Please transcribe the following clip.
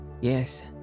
Yes